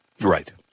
Right